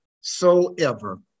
soever